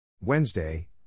Wednesday